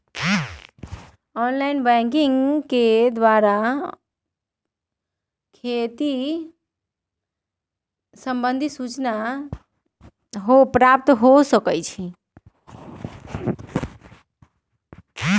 online banking द्वारा सेहो खते से संबंधित सूचना प्राप्त कएल जा सकइ छै